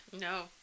No